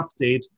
update